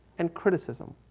and criticism.